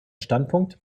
standpunkt